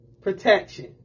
protection